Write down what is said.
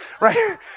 Right